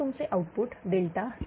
तर तुमचे output ΔE